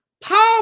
Paul